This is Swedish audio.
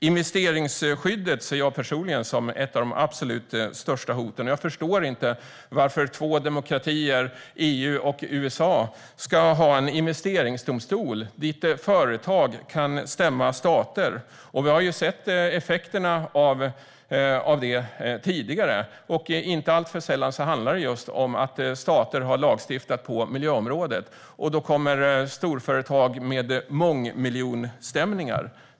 Investeringsskyddet ser jag personligen som ett av de absolut största hoten. Jag förstår inte varför två demokratier, EU och USA, ska ha en investeringsdomstol där företag kan stämma stater. Vi har sett effekterna av det tidigare. Inte alltför sällan handlar det just om att stater har lagstiftat på miljöområdet, varpå storföretag kommer med mångmiljonstämningar.